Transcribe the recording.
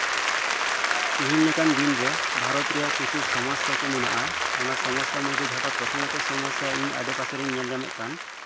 ᱛᱮᱦᱮᱧ ᱞᱮᱠᱟᱱ ᱫᱤᱱᱨᱮ ᱵᱷᱟᱨᱚᱛ ᱨᱮᱭᱟᱜ ᱠᱤᱪᱷᱩ ᱥᱚᱢᱚᱥᱥᱟ ᱠᱚ ᱢᱮᱱᱟᱜᱼᱟ ᱚᱱᱟ ᱥᱚᱢᱥᱥᱟ ᱢᱩᱫᱽᱨᱮ ᱡᱟᱦᱟᱴᱟᱜ ᱯᱨᱚᱛᱷᱚᱢᱚᱛᱚ ᱥᱚᱢᱚᱥᱥᱟ ᱤᱧ ᱟᱰᱮᱯᱟᱥᱮ ᱨᱤᱧ ᱧᱮᱞ ᱧᱟᱢᱮᱜ ᱠᱟᱱ